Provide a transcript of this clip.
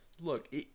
Look